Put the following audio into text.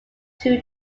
two